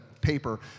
paper